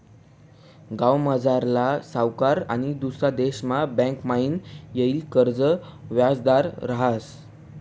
गावमझारला सावकार आनी दुसरा देशना बँकमाईन लेयेल कर्जनं व्याज जादा रहास